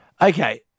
Okay